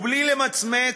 ובלי למצמץ,